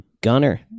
gunner